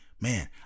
man